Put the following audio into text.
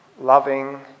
loving